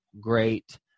great